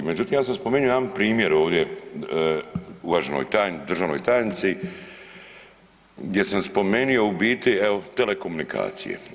Međutim, ja sam spomenuo jedan primjer ovdje uvaženoj državnoj tajnici gdje sam spomenuo u biti telekomunikacije.